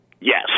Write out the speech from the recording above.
Yes